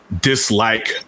dislike